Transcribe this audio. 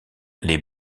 les